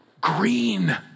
green